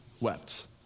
wept